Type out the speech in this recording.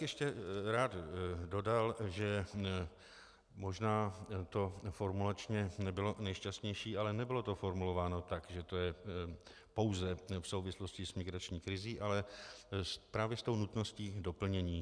Ještě bych rád dodal, že možná to formulačně nebylo nejšťastnější, ale nebylo to formulováno tak, že to je pouze v souvislosti s migrační krizí, ale právě s nutností doplnění.